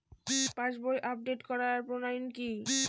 পাসবই update করার প্রণালী কি?